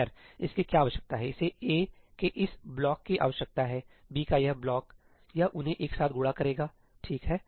खैर इसकी क्या आवश्यकता है इसे A के इस ब्लॉक की आवश्यकता हैB का यह ब्लॉक यह उन्हें एक साथ गुणा करेगा ठीक है